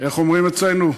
איך אומרים אצלנו?